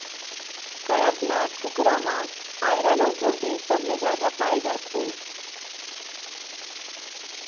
कड़कनाथ कुकरा म आयरन अउ प्रोटीन सबले जादा पाए जाथे